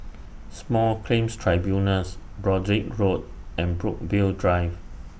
Small Claims Tribunals Broadrick Road and Brookvale Drive